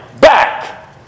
back